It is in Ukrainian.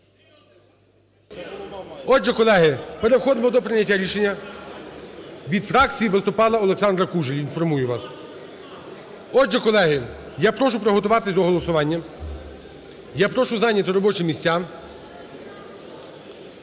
Отже, колеги, переходимо до прийняття рішення. (Шум у залі) Від фракції виступала Олександра Кужель, інформую вас. Отже, колеги, я прошу приготуватись до голосування, я прошу зайняти робочі місця.